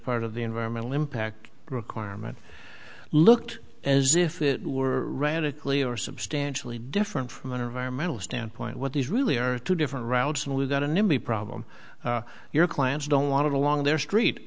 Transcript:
part of the environmental impact requirement looked as if it were radically or substantially different from an environmental standpoint what these really are two different routes and we've got a nimby problem your clients don't want it along their street